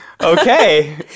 Okay